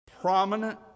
prominent